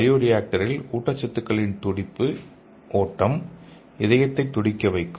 பயோரியாக்டரில் ஊட்டச்சத்துக்களின் துடிப்பு ஓட்டம் இதயத்தை துடிக்க வைக்கும்